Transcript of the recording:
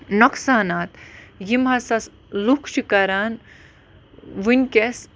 نۄقصانات یِم ہَسا لُکھ چھِ کَران وٕنۍکٮ۪س